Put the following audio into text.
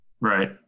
Right